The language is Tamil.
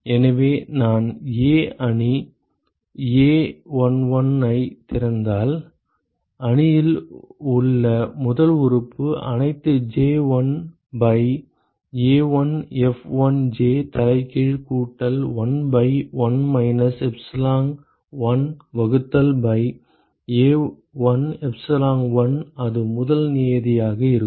எனவே நான் A அணி a11 ஐத் திறந்தால் அணியில் உள்ள முதல் உறுப்பு அனைத்து j 1 பை A1F1j தலைகீழ் கூட்டல் 1 பை 1 மைனஸ் epsilon1 வகுத்தல் பை A1 epsilon1 அது முதல் நியதியாக இருக்கும்